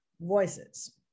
voices